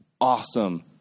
awesome